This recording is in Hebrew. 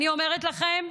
אני אומרת לכם: